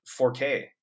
4k